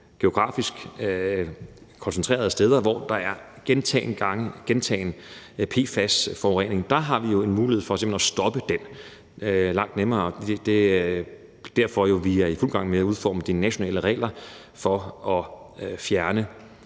geografisk koncentrerede steder, og hvor der er gentagen PFAS-forurening. Der har vi jo en mulighed for simpelt hen at stoppe den langt nemmere. Det er derfor, vi er i fuld gang med at udforme de nationale regler for at forbyde